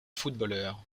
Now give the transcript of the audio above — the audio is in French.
footballeur